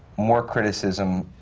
more criticism